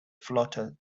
flotte